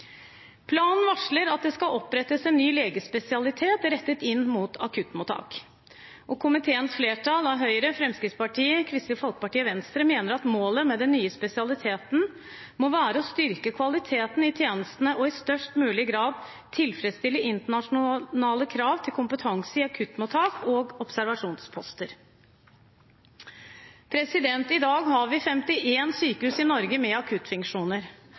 Planen varsler at det skal opprettes en ny legespesialitet rettet inn mot akuttmottak. Komiteens flertall av Høyre, Fremskrittspartiet, Kristelig Folkeparti og Venstre mener at målet med den nye spesialiteten må være å styrke kvaliteten i tjenestene og i størst mulig grad tilfredsstille internasjonale krav til kompetanse i akuttmottak og observasjonsposter. I dag har vi 51 sykehus i Norge med akuttfunksjoner.